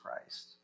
Christ